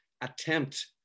attempt